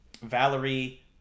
Valerie